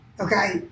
okay